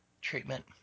treatment